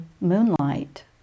moonlight